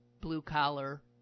blue-collar